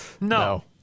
No